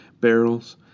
barrels